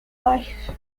life